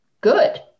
good